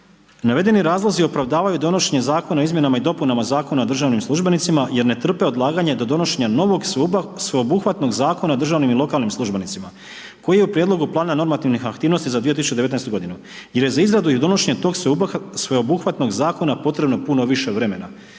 „Navedeni razlozi opravdavaju donošenje Zakona o izmjenama i dopunama Zakona o državnim službenicima jer ne trpe odlaganje do donošenja novog sveobuhvatnog Zakona o državnim i lokalnim službenicima koji je u prijedlogu plana normativnih aktivnosti za 2019. godinu jer je za izradu i donošenje tog sveobuhvatnog zakona potrebno puno više vremena.“.